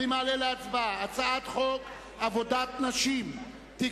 אני מעלה להצבעה את הצעת חוק עבודת נשים (תיקון,